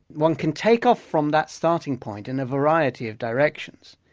one can take off from that starting point in a variety of directions.